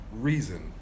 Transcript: Reason